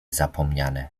zapomniane